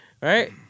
Right